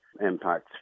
impacts